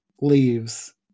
leaves